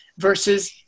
Versus